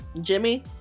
Jimmy